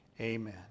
amen